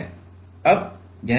अब यह V बटा d क्या है